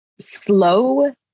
slow